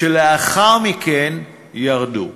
שלאחר מכן ירדו.